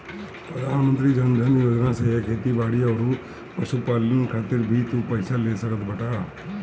प्रधानमंत्री जन धन योजना से खेती बारी अउरी पशुपालन खातिर भी तू पईसा ले सकत बाटअ